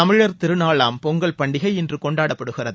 தமிழர் திருநாளாம் பொங்கல் பண்டிகை இன்று கொண்டாடப்படுகிறது